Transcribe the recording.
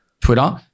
Twitter